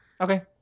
Okay